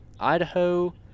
Idaho